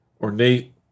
ornate